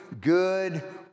good